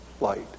light